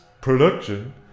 production